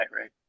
right